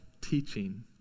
teaching